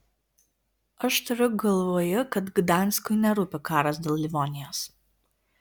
aš turiu galvoje kad gdanskui nerūpi karas dėl livonijos